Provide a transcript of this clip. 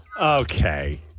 Okay